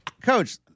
Coach